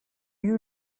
you